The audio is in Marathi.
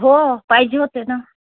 हो पाहिजे होते ना